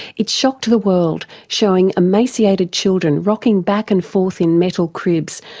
it shocked the world, showing emaciated children rocking back and forth in metal cribs,